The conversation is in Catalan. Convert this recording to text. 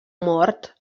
mort